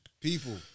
People